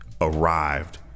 arrived